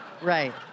Right